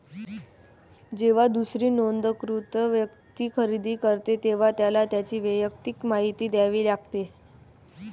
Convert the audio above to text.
जेव्हा दुसरी नोंदणीकृत व्यक्ती खरेदी करते, तेव्हा त्याला त्याची वैयक्तिक माहिती द्यावी लागते